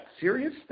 serious